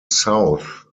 south